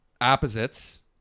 opposites